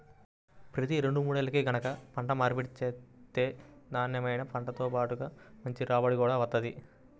ప్రతి రెండు మూడేల్లకి గనక పంట మార్పిడి చేత్తే నాన్నెమైన పంటతో బాటుగా మంచి రాబడి గూడా వత్తది